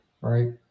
right